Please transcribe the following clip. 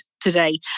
today